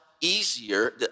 easier